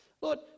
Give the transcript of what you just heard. Lord